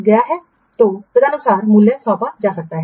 तो तदनुसार मूल्य सौंपा जा सकता है